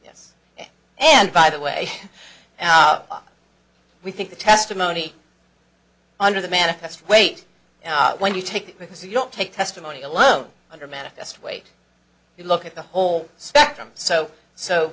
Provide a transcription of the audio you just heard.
yes and by the way we think the testimony under the manifest weight when you take because you don't take testimony alone under manifest weight you look at the whole spectrum so so